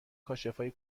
کاشفای